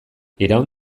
iraun